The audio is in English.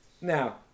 Now